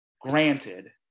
granted